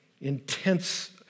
intense